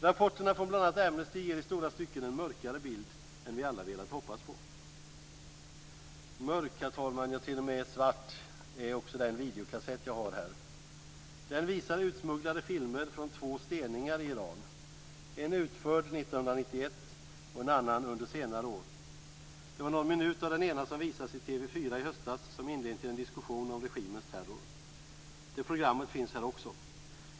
Rapporterna från bl.a. Amnesty ger i stora stycken en mörkare bild än vi alla velat hoppas på. Mörk, herr talman, ja, t.o.m. svart är också den videokassett jag har här. Den visar utsmugglade filmer från två steningar i Iran, en utförd 1991 och en annan under senare år. Det var någon minut av den ena som visades i TV 4 i höstas, som inledning till en diskussion om regimens terror. Det programmet finns här också.